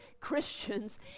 Christians